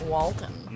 Walton